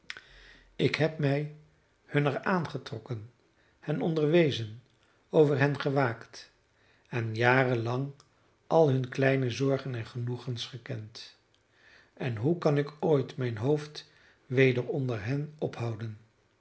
ik heb mij hunner aangetrokken hen onderwezen over hen gewaakt en jarenlang al hunne kleine zorgen en genoegens gekend en hoe kan ik ooit mijn hoofd weder onder hen ophouden